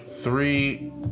three